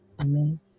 Amen